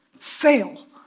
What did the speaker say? fail